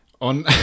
on